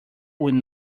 will